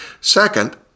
Second